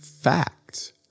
facts